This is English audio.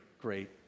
great